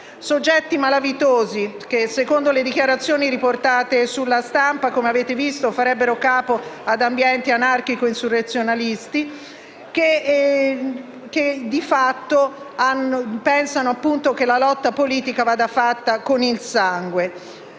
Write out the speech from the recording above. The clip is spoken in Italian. soggetti malavitosi che, secondo le dichiarazioni riportate sulla stampa, come avete visto, farebbero capo ad ambienti anarco-insurrezionalisti che di fatto pensano che la lotta politica vada fatta con il sangue.